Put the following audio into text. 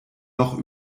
noch